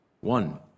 one